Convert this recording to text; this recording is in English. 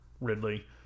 Ridley